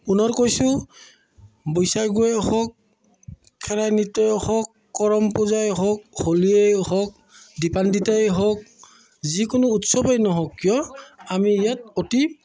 পুনৰ কৈছোঁ বৈচাগুয়েই হওক খেৰাই নৃত্যই হওক কৰম পূজাই হওক হোলীয়েই হওক দীপান্দ্বিতাই হওক যিকোনো উৎসৱেই নহওক কিয় আমি ইয়াত অতি